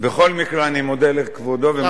בכל מקרה, אני מודה לכבודו, תודה רבה.